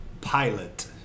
pilot